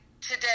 today